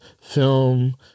film